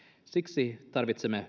siksi tarvitsemme